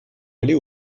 aller